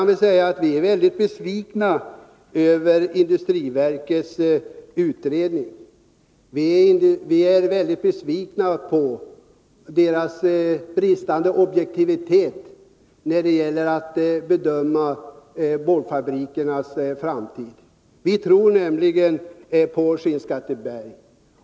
Vi är väldigt besvikna över industriverkets utredning och över arbetsgruppens bristande objektivitet när det gäller att bedöma boardfabrikernas framtid. Vi tror nämligen på Skinnskatteberg.